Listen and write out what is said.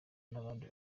n’abandi